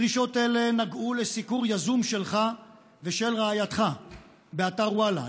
דרישות אלה נגעו לסיקור יזום שלך ושל רעייתך באתר וואלה,